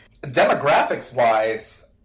Demographics-wise